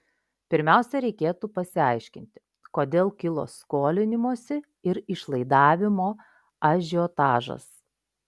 pirmiausia reikėtų pasiaiškinti kodėl kilo skolinimosi ir išlaidavimo ažiotažas